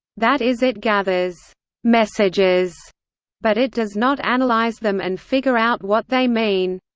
that is it gathers messages but it does not analyze them and figure out what they mean.